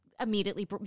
immediately